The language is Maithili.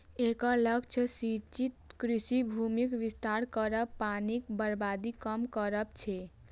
एकर लक्ष्य सिंचित कृषि भूमिक विस्तार करब, पानिक बर्बादी कम करब छै